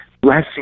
blessing